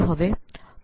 આમ પ્રો